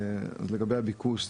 לגבי הביקוש,